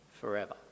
forever